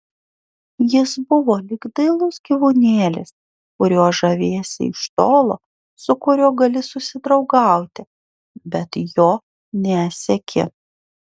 jis buvo lyg dailus gyvūnėlis kuriuo žaviesi iš tolo su kuriuo gali susidraugauti bet jo nesieki